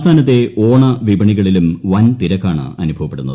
സംസ്ഥാനത്തെ ഓണവിപണികളിലും വൻതിരക്കാണ് അനുഭവപ്പെടുന്നത്